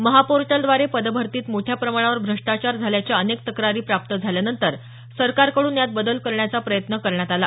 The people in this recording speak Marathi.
महापोर्टलद्वारे पदभरतीत मोठ्या प्रमाणावर भ्रष्टाचार झाल्याच्या अनेक तक्रारी प्राप्त झाल्यानंतर सरकारकडून यात बदल करण्याचा प्रयत्न करण्यात आला